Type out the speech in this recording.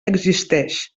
existeix